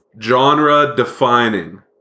genre-defining